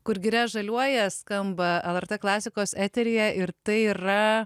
kur giria žaliuoja skamba lrt klasikos eteryje ir tai yra